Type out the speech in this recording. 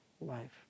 life